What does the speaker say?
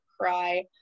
cry